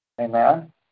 Amen